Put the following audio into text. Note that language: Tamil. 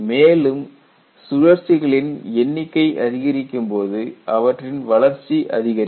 மேலும் சுழற்சிகளின் எண்ணிக்கை அதிகரிக்கும்போது அவற்றின் வளர்ச்சி அதிகரிக்கும்